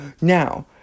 Now